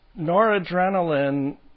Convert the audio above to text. noradrenaline